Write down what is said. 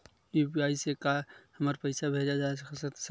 UPI से का हमर पईसा भेजा सकत हे?